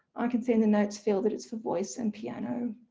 i can see in the notes field that it's for voice and piano,